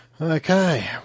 okay